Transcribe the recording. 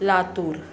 Latur